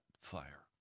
fire